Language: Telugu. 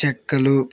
చెక్కలు